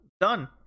done